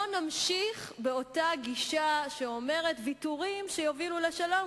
לא נמשיך באותה גישה שאומרת ויתורים שיובילו לשלום,